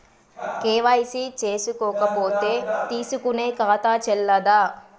KYC చేసుకోకపోతే తీసుకునే ఖాతా చెల్లదా?